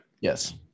Yes